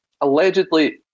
Allegedly